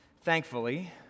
Thankfully